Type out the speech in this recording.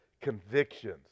convictions